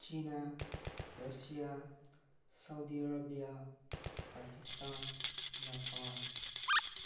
China Russia Saudi Arabia Pakistan Nepal